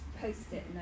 post-it